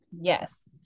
Yes